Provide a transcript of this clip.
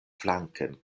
flanken